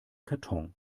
karton